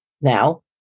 now